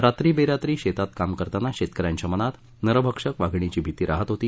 रात्री बेरात्री शेतात काम करतांना शेतक यांच्या मनात नरभक्षक वाधिणीची भीती राहत होती